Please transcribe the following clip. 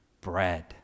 bread